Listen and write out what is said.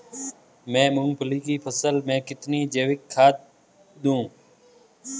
मैं मूंगफली की फसल में कितनी जैविक खाद दूं?